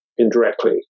indirectly